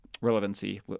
relevancy